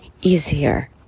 easier